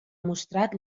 mostrat